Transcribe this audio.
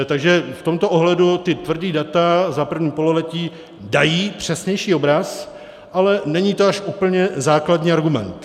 Takže v tomto ohledu tvrdá data za první pololetí dají přesnější obraz, ale není to až úplně základní argument.